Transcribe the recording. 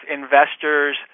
investors